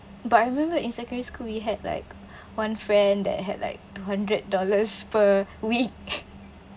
but I remember in secondary school we had like one friend that had like two hundred dollars per week